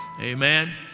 Amen